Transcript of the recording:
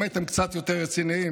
אם הייתם קצת יותר רציניים,